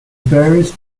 various